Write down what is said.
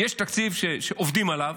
יש תקציב שעובדים עליו.